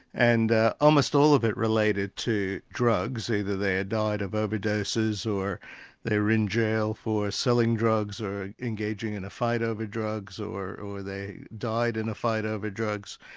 and almost all of it related to drugs, either they ah died of overdoses or they were in jail for selling drugs or engaging in a fight over drugs, or or they died in a fight over drugs.